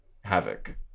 Havoc